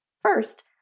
First